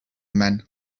men